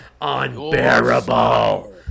Unbearable